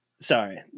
sorry